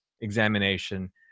examination